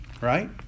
right